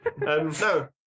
No